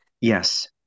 yes